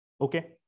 Okay